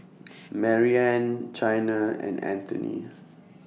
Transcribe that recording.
Mariann Chyna and Anthoney